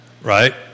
right